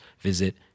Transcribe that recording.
visit